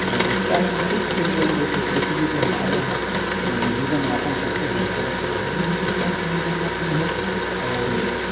लगता है कि बहुत से लोग जैसे पृथ्वी पर हमारे यहाँ जीवन यापन करते है उस तरह से वहाँ भी हो सकता है कि जीवन यापन हो और